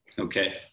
Okay